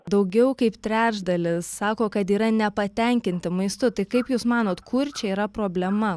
daugiau kaip trečdalis sako kad yra nepatenkinti maistu tai kaip jūs manot kur čia yra problema